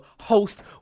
host